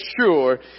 sure